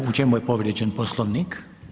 U čemu je povrijeđen Poslovnik?